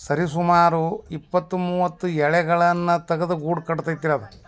ಸರಿ ಸುಮಾರು ಇಪ್ಪತ್ತು ಮೂವತ್ತು ಎಳೆಗಳನ್ನು ತಗದು ಗೂಡು ಕಟ್ತೈತ್ರಿ ಅದು